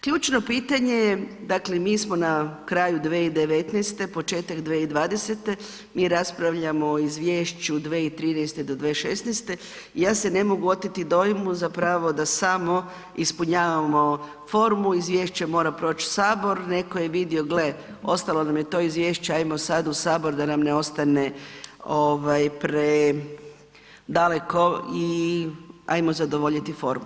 Ključno pitanje je dakle mi smo na kraju 2019., početak 2020., mi raspravljamo o izvješću 2013.-2016. i ja se ne mogu oteti dojmu da samo ispunjavamo formu, izvješće mora proći Sabor, neko je vidio gle ostalo nam je to izvješće ajmo sada u Sabor da nam ne ostane predaleko i ajmo zadovoljiti formu.